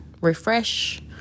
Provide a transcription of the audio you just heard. refresh